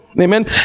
amen